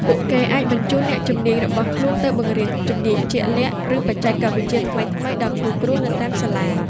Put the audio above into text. ពួកគេអាចបញ្ជូនអ្នកជំនាញរបស់ខ្លួនទៅបង្រៀនជំនាញជាក់លាក់ ឬបច្ចេកវិទ្យាថ្មីៗដល់គ្រូៗនៅតាមសាលា។